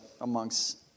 amongst